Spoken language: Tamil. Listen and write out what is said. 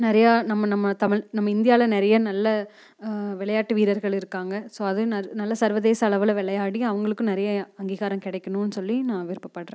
நிறையா நம்ம நம்ம தமிழ் நம்ம இந்தியாவில் நிறைய நல்ல விளையாட்டு வீரர்கள் இருக்காங்க ஸோ அதையும் ந நல்ல சர்வதேச அளவில் விளையாடி அவங்களுக்கும் நிறையா அங்கீகாரம் கிடைக்கணுன்னு சொல்லி நான் விருப்பப்படுறேன்